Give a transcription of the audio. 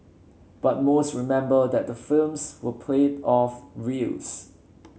but most remember that the films were played off reels